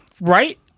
Right